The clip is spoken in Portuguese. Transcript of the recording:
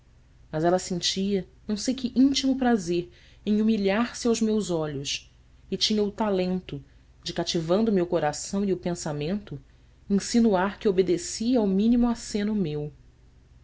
mas ela sentia não sei que íntimo prazer em humilhar-se aos meus olhos e tinha o talento de cativando me o coração e o pensamento insinuar que obedecia ao mínimo aceno meu